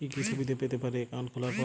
কি কি সুবিধে পেতে পারি একাউন্ট খোলার পর?